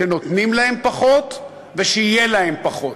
שנותנים להם פחות ושיהיה להם פחות,